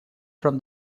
from